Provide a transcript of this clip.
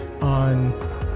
on